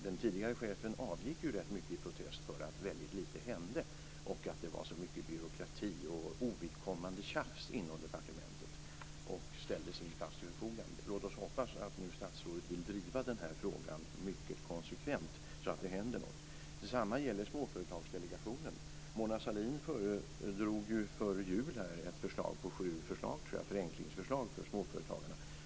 Den tidigare chefen avgick rätt mycket i protest och ställde sin plats till förfogande för att väldigt lite hände och det var byråkrati och ovidkommande tjafs inom departementet. Låt oss hoppas att statsrådet nu vill driva den frågan mycket konsekvent så att det händer något. Detsamma gäller Småföretagsdelegationen. Mona Sahlin föredrog före jul ett förslag som omfattade sju förenklingsförslag för småföretagarna.